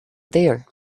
there